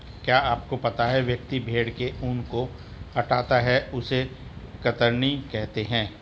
क्या आपको पता है व्यक्ति भेड़ के ऊन को हटाता है उसे कतरनी कहते है?